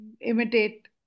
imitate